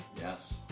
Yes